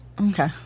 Okay